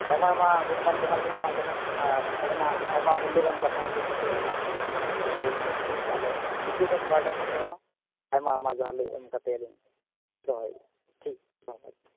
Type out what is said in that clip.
ᱟᱭᱢᱟ ᱟᱭᱢᱟ ᱜᱩᱱᱢᱟᱱ ᱡᱚᱦᱟᱨ ᱞᱤᱧ ᱮᱢᱟᱣᱟᱵᱮᱱᱟ ᱟᱨ ᱟᱵᱮᱱᱟᱜ ᱟᱭᱢᱟ ᱢᱩᱞᱞᱚᱵᱟᱱ ᱠᱟᱛᱷᱟ ᱟᱸᱡᱚᱢ ᱠᱟᱛᱮ ᱟᱹᱞᱤᱧ ᱥᱮᱫ ᱠᱷᱚᱱ ᱟᱹᱰᱤ ᱟᱭᱢᱟ ᱨᱟᱹᱥᱠᱟᱹ ᱥᱮ ᱟᱞᱮ ᱨᱤᱯᱳᱴᱟᱨ ᱯᱟᱦᱴᱟ ᱥᱮᱫ ᱠᱷᱚᱱ ᱦᱚᱸ ᱟᱭᱢᱟ ᱟᱭᱢᱟ ᱡᱚᱦᱟᱨ ᱞᱮ ᱮᱢ ᱠᱟᱛᱮ ᱞᱤᱧ ᱫᱚᱦᱚᱭᱮᱫᱼᱟ ᱴᱷᱤᱠ ᱜᱮᱭᱟ